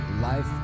Life